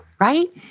Right